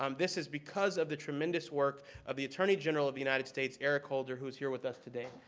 um this is because of the tremendous work of the attorney general of the united states, eric holder who is here with us today.